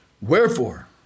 Wherefore